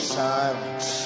silence